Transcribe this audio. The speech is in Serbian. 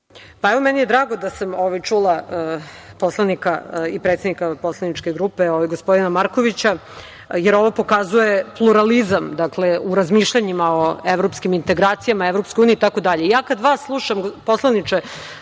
Pa, evo, meni je drago da sam čula poslanika i predsednika poslaničke grupe gospodina Markovića, jer ovo pokazuje pluralizam u razmišljanjima o evropskim integracijama, EU itd. Kad vas slušam, poslaniče